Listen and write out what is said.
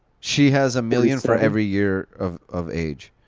she has a million for every year of of age.